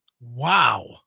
Wow